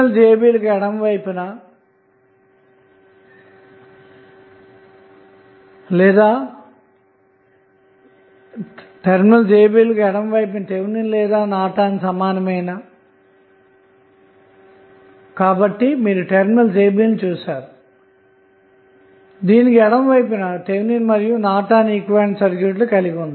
కాబట్టి terminals AB లకు ఎడమ వైపున థెవినిన్ ఈక్వివలెంట్ లేదానార్టన్ ఈక్వివలెంట్ సర్క్యూట్ ను చూడవచ్చు